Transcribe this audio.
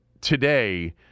today